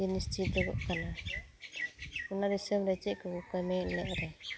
ᱡᱤᱱᱤᱥ ᱠᱟᱱᱟ ᱚᱱᱟ ᱫᱤᱥᱚᱢᱨᱮ ᱪᱮᱫᱠᱚ ᱠᱚ ᱠᱟᱹᱢᱤᱭ ᱢᱮᱫ ᱨᱮ